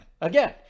Again